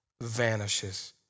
vanishes